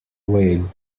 whale